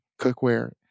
cookware